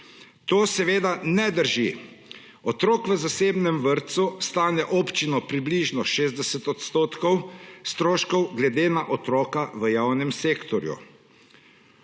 To ne drži. Otrok v zasebnem vrtcu stane občino približno 60 odstotkov stroškov glede na otroka v javnem sektorju.